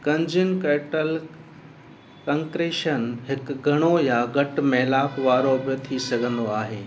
कंजनकैटल कंक्रेशन हिकु घणो या घटि मेलाप वारो बि थी सघंदो आहे